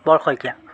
বৰ শইকীয়া